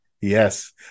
Yes